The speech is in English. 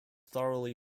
thoroughly